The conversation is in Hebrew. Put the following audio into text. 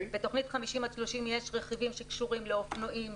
בתוכנית "50 עד 30" יש רכיבים שקשורים לאופנועים,